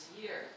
year